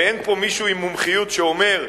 ואין פה מישהו עם מומחיות שאומר: